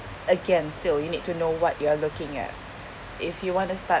again still you need to know what you're looking at if you want to start